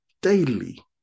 daily